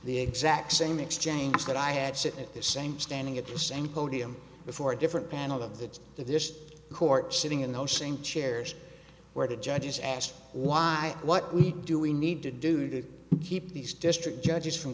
the exact same exchange that i had sitting at the same standing at the same podium before a different panel of that this court sitting in the same chairs where the judge is asked why what we do we need to do to keep these district judges from